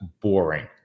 boring